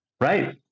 Right